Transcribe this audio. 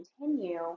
continue